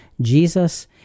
jesus